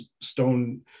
stone